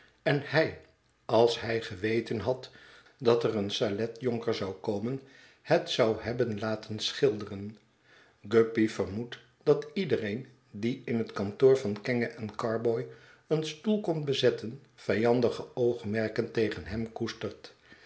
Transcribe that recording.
en hij als hij geweten had dat er een saletjonker r m het verlaten huis zou komen het zou hebben laten schilderen guppy vermoedt dat iedereen die in het kantoor van kenge en carboy een stoel komt bezetten vijandige oogmerken tegen hem koestert